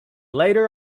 later